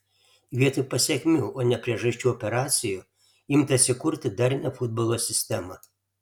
vietoj pasekmių o ne priežasčių operacijų imtasi kurti darnią futbolo sistemą